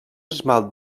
esmalt